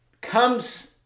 comes